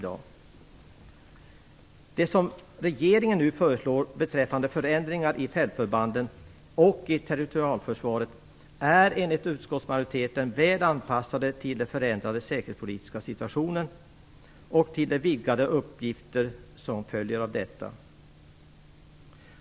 Det som regeringen nu föreslår beträffande förändringar i fältförbanden och i territorialförsvaret är enligt utskottsmajoriteten väl anpassat till den förändrade säkerhetspolitiska situationen och till de vidgade uppgifter som följer av detta.